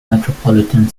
metropolitan